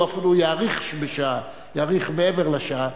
אז הוא אפילו יאריך מעבר לשעה.